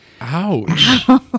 Ouch